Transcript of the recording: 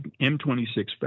M26